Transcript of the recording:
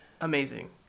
amazing